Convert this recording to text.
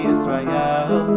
Israel